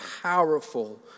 powerful